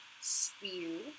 spew